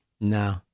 No